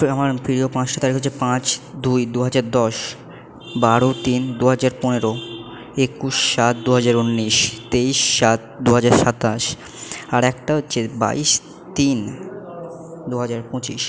আমার প্রিয় পাঁচটা তারিখ হচ্ছে পাঁচ দুই দু হাজার দশ বারো তিন দু হাজার পনেরো একুশ সাত দু হাজার উন্নিশ তেইশ সাত দু হাজার সাতাশ আর একটা হচ্ছে বাইশ তিন দু হাজার পঁচিশ